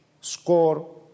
score